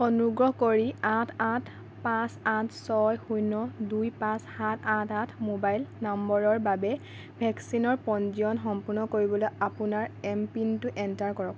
অনুগ্ৰহ কৰি আঠ আঠ পাঁচ আঠ ছয় শূন্য দুই পাঁচ সাত আঠ আঠ মোবাইল নম্বৰৰ বাবে ভেকচিনৰ পঞ্জীয়ন সম্পূৰ্ণ কৰিবলৈ আপোনাৰ এম পিনটো এণ্টাৰ কৰক